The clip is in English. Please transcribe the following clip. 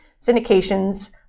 Syndications